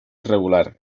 irregular